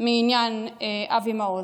מעניין אבי מעוז.